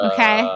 Okay